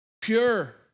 pure